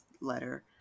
letter